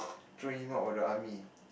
threw him out of the army